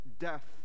Death